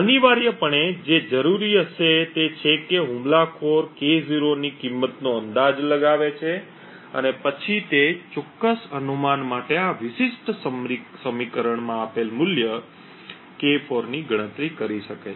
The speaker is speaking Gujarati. અનિવાર્યપણે જે જરૂરી હશે તે છે કે હુમલાખોર K0 ની કિંમતનો અંદાજ લગાવે છે અને પછી તે ચોક્કસ અનુમાન માટે આ વિશિષ્ટ સમીકરણમા આપેલ મૂલ્ય K4 ની ગણતરી કરી શકે છે